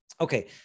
Okay